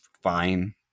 fine